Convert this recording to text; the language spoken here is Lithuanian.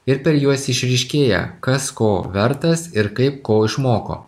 ir per juos išryškėja kas ko vertas ir kaip ko išmoko